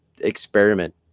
experiment